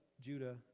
Judah